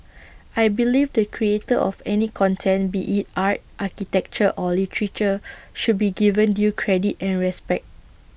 I believe the creator of any content be IT art architecture or literature should be given due credit and respect